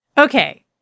Okay